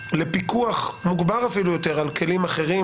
לפיקוח מוגבר אפילו יותר על כלים אחרים